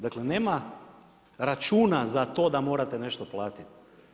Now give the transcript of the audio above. Dakle, nema računa za to da morate nešto platiti.